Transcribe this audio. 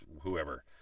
whoever